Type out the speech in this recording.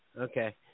okay